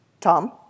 Tom